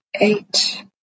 eight